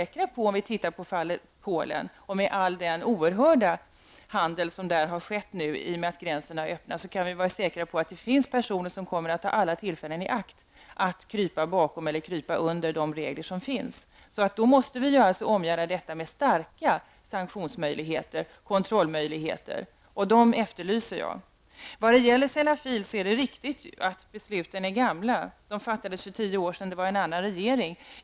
Om vi tittar på fallet Polen, med all den oerhörda handel som skett i och med att gränserna har öppnats, kan vi vara säkra på att det finns personer som kommer att ta alla tillfällen i akt för att krypa bakom eller under de regler som finns. Vi måste omgärda bestämmelserna med starka sanktionsmöjligheter och kontrollmöjligheter, och det är dessa jag efterlyser. När det gäller frågan om Sellafield är det riktigt att besluten är gamla. De fattades för tio år sedan av en annan regering.